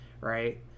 right